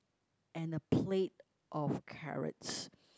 and a plate of carrots